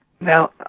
Now